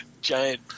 giant